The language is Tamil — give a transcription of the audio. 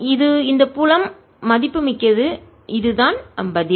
இது இந்த புலம் மதிப்புமிக்கது இதுதான் பதில்